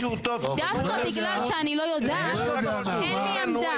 דווקא בגלל שאני לא יודעת אין לי עמדה.